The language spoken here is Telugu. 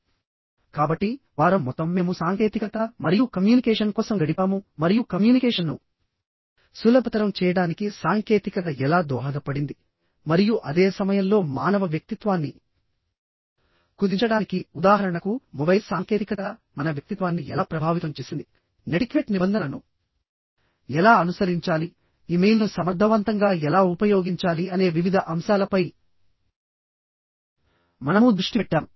కాబట్టి వారం మొత్తం మేము సాంకేతికత మరియు కమ్యూనికేషన్ కోసం గడిపాము మరియు కమ్యూనికేషన్ను సులభతరం చేయడానికి సాంకేతికత ఎలా దోహదపడింది మరియు అదే సమయంలో మానవ వ్యక్తిత్వాన్ని కుదించడానికి ఉదాహరణకు మొబైల్ సాంకేతికత మన వ్యక్తిత్వాన్ని ఎలా ప్రభావితం చేసింది నెటిక్వేట్ నిబంధనలను ఎలా అనుసరించాలి ఇమెయిల్ను సమర్థవంతంగా ఎలా ఉపయోగించాలి అనే వివిధ అంశాలపై మనము దృష్టి పెట్టాము